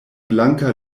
blanka